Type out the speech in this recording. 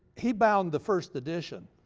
he bound the first edition.